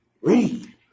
Read